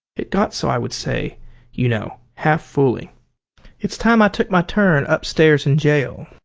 it got so i would say you know, half fooling it's time i took my turn upstairs in jail